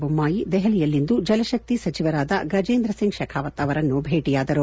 ಬೊಮ್ನಾಯಿ ದೆಹಲಿಯಲ್ಲಿಂದು ಜಲಶಕ್ತಿ ಸಚಿವರಾದ ಗಜೇಂದ್ರ ಸಿಂಗ್ ತೆಖಾವತ್ ಅವರನ್ನು ಭೇಟಿಯಾದರು